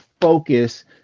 focus